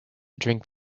drink